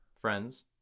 friends